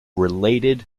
related